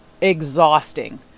exhausting